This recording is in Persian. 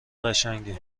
قشنگی